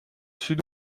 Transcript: sud